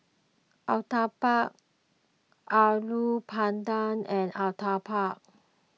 Uthapam Alu Matar and Uthapam